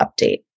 update